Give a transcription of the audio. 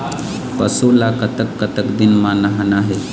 पशु ला कतक कतक दिन म नहाना हे?